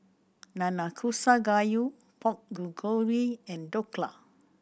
Nanakusa Gayu Pork Bulgogi and Dhokla